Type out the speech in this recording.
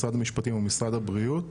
משרד המשפטים ומשרד הבריאות.